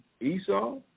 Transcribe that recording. Esau